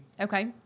Okay